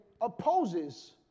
opposes